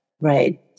right